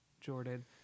Jordan